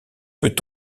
peut